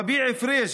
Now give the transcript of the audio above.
רביע פריג',